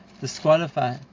disqualify